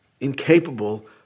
Incapable